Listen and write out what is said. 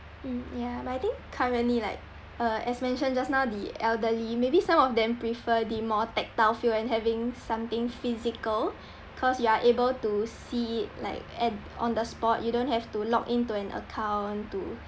mm ya but I think currently like uh as mentioned just now the elderly maybe some of them prefer the more tactile feel and having something physical cause you are able to see it like at on the spot you don't have to log in to an account to